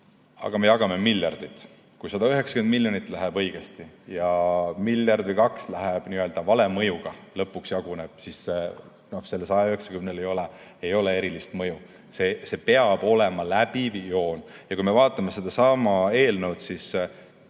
aga me jagame miljardeid. Kui 190 miljonit läheb õigesti ja miljard või kaks läheb n-ö vale mõjuga, lõpuks jaguneb valesti, siis sellel 190 miljonil ei ole erilist mõju. See peab olema läbiv joon. Kui me vaatame sedasama eelnõu, siis